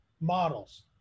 models